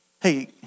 hey